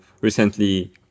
recently